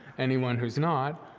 anyone who's not.